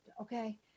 Okay